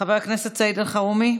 חבר הכנסת סעיד אלחרומי,